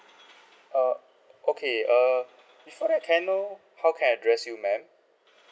err okay err before that can I know how can I address you madam